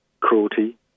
cruelty